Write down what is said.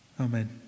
Amen